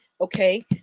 okay